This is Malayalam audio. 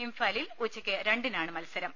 ഇംഫാലിൽ ഉച്ചയ്ക്ക് രണ്ടിനാണ് മത്സരം